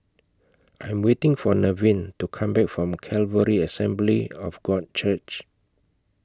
I Am waiting For Nevin to Come Back from Calvary Assembly of God Church